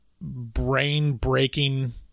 brain-breaking